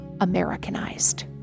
Americanized